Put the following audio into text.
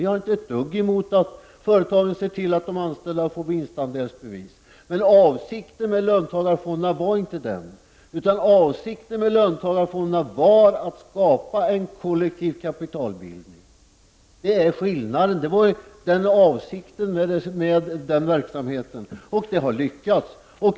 Vi har inte någonting emot att de anställda får vinstandelsbevis, men det var inte avsikten med löntagarfonderna, utan avsikten var att skapa en kollektiv kapitalbildning. Det är skillnaden. Och det har lyckats.